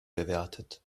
bewertet